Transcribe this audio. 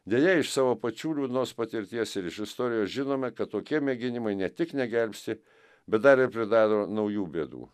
deja iš savo pačių liūdnos patirties ir iš istorijos žinome kad tokie mėginimai ne tik negelbsti bet dar ir pridaro naujų bėdų